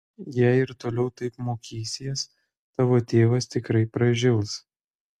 jei ir toliau taip mokysies tavo tėvas tikrai pražils